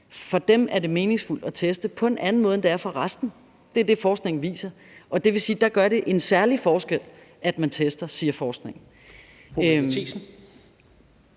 – er det meningsfuldt at teste på en anden måde, end det er for resten. Det er det, forskningen viser. Det vil sige, at der gør det en særlig forskel, at man tester, siger forskningen.